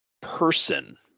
person